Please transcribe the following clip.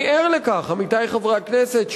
עמיתי חברי הכנסת,